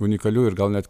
unikalių ir gal net